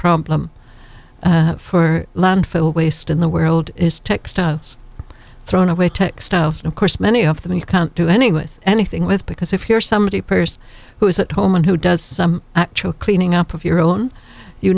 problem for landfill waste in the world is textiles thrown away textiles and of course many of them you can't do anything with anything with because if you're somebody person who is at home and who does some actual cleaning up of your own you